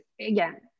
Again